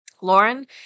Lauren